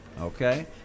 Okay